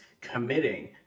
committing